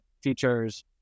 features